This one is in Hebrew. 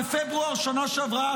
בפברואר שנה שעברה,